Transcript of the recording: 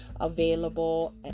available